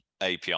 API